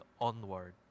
onward